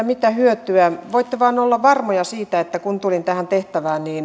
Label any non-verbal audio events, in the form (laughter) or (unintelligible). (unintelligible) mitä hyötyä voitte vaan olla varmoja siitä että kun tulin tähän tehtävään niin